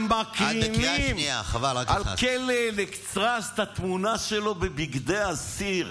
הם מקרינים על כלא אלקטרז את התמונה שלו בבגדי אסיר.